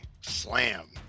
slam